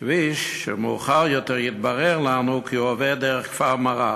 כביש שמאוחר יותר התברר לנו כי הוא עובר דרך כפר מע'אר.